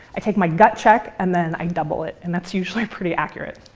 i take my gut check and then i double it, and that's usually pretty accurate.